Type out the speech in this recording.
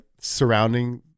surrounding